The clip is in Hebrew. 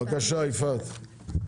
בבקשה, יפעת.